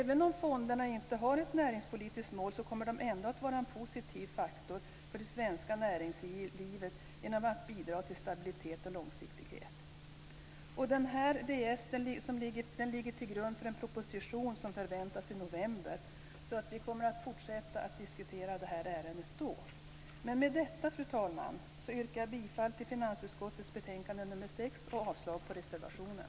Även om fonderna inte har ett näringspolitiskt mål, kommer de ändå att vara en positiv faktor för det svenska näringslivet genom att bidra till stabilitet och långsiktighet. Denna departementsskrivelse ligger till grund för en proposition som förväntas i november, så vi kommer att fortsätta att diskutera detta ärende då. Med detta, fru talman, yrkar jag bifall till finansutskottets hemställan i betänkande nr 6 och avslag på reservationen.